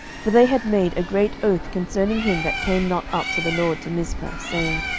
for they had made a great oath concerning him that came not up to the lord to mizpeh, saying,